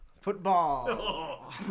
Football